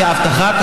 ואבטחת,